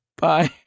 bye